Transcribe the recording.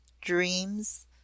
dreams